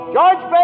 George